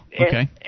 Okay